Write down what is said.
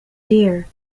dear